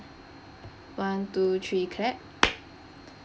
one two three clap